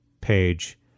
page